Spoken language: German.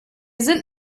sind